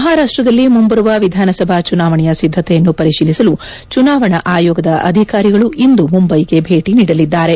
ಮಹಾರಾಷ್ಣದಲ್ಲಿ ಮುಂಬರುವ ವಿಧಾನಸಭಾ ಚುನಾವಣೆಯ ಸಿದ್ದತೆಯನ್ನು ಪರಿಶೀಲಿಸಲು ಚುನಾವಣೆ ಆಯೋಗದ ಅಧಿಕಾರಿಗಳು ಇಂದು ಮುಂಬಯಿಗೆ ಭೇಟಿ ನೀಡಲಿದ್ದಾರೆ